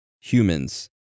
humans